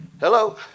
Hello